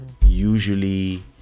usually